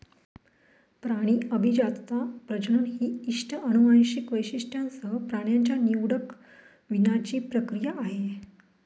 प्राणी अभिजातता, प्रजनन ही इष्ट अनुवांशिक वैशिष्ट्यांसह प्राण्यांच्या निवडक वीणाची प्रक्रिया आहे